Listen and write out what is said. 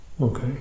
Okay